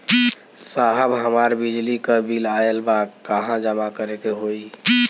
साहब हमार बिजली क बिल ऑयल बा कहाँ जमा करेके होइ?